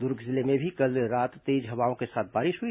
दुर्ग जिले में भी कल रात तेज हवाओं के साथ बारिश हुई